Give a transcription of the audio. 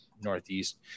northeast